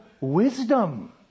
wisdom